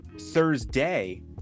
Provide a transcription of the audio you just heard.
thursday